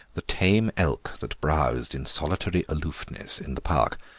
the tame elk that browsed in solitary aloofness in the park.